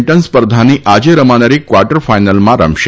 ંટન સ્પર્ધાની આજે રમાનારી ક્વાર્ટર ફાઇનલમાં રમશે